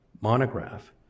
monograph